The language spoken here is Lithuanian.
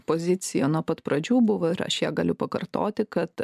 pozicija nuo pat pradžių buvo ir aš ją galiu pakartoti kad